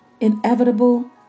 inevitable